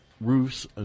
roofs